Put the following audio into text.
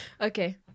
Okay